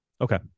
Okay